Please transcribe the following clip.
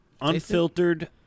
Unfiltered